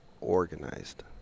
organized